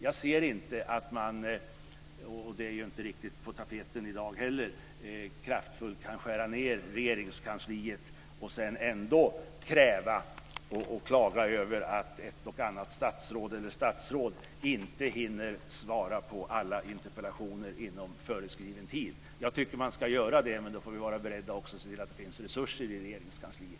Jag ser inte att man - och det är ju inte riktigt på tapeten i dag heller - kraftfullt kan skära ned Regeringskansliet och sedan ändå klaga över att ett och annat statsråd inte hinner svara på alla interpellationer inom föreskriven tid. Jag tycker att man ska göra det, men då får vi också vara beredda att se till att det finns resurser i Regeringskansliet.